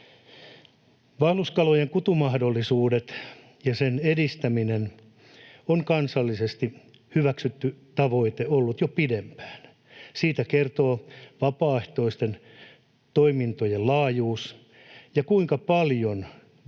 Vaelluskalojen kutumahdollisuuksien edistäminen on ollut kansallisesti hyväksytty tavoite jo pidempään. Siitä kertovat vapaaehtoisten toimintojen laajuus ja se, kuinka paljon valtio